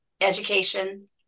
education